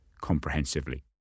comprehensively